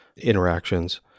interactions